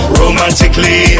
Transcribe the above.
romantically